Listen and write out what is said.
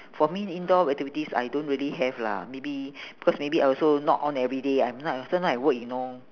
for me indoor activities I don't really have lah maybe because maybe I also not on everyday I'm not a~ sometime I work you know